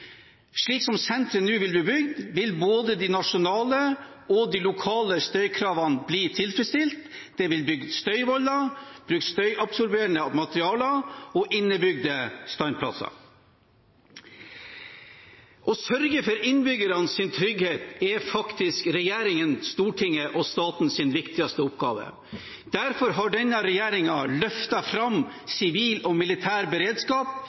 Slik som senteret nå vil bli bygd, vil både de nasjonale og de lokale støykravene bli tilfredsstilt. Det blir bygd støyvoller, det blir brukt støyabsorberende materialer, og det blir innebygde standplasser. Å sørge for innbyggernes trygghet er faktisk regjeringen, Stortinget og statens viktigste oppgave. Derfor har denne regjeringen løftet fram sivil og militær beredskap